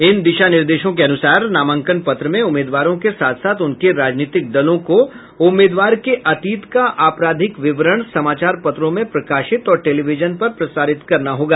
इन दिशा निर्देशों के अनुसार नामांकन पत्र में उम्मीदवारों के साथ साथ उनके राजनीतिक दलों को उम्मीदवार के अतीत का आपराधिक विवरण समाचार पत्रों में प्रकाशित और टेलीविजन पर प्रसारित करना होगा